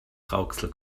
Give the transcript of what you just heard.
rauxel